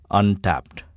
untapped